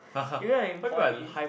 you know in poly